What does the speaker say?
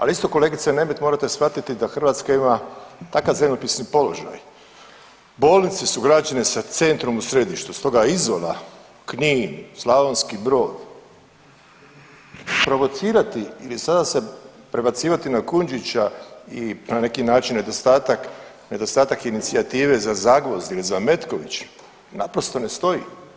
Ali isto kolegice Nemet morate shvatiti da Hrvatska ima takav zemljopisni položaj bolnice su građene sa centrom u središtu, stoga Izola, Knin, Slavonski Brod, provocirati ili sada se prebacivati na Kujundžića i na neki način nedostatak, nedostatak inicijative za Zagvozd ili za Metković naprosto ne stoji.